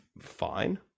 fine